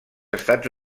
estats